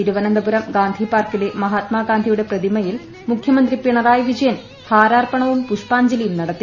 തിരുവനന്തപുരം ഗാന്ധിപാർക്കിലെ മഹാത്മാഗാന്ധിയുടെ പ്രതിമയിൽ മുഖ്യമന്ത്രി പിണറായി വിജയൻ ഹാരാർപ്പണവും പുഷ്പാഞ്ജലിയും നടത്തി